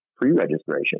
pre-registration